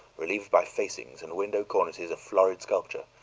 relieved by facings and window cornices of florid sculpture,